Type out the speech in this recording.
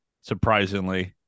surprisingly